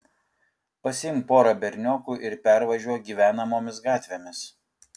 pasiimk porą berniokų ir pervažiuok gyvenamomis gatvėmis